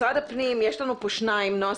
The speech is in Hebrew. משרד הפנים, נעה סגל,